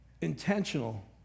intentional